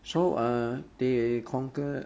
so err they conquered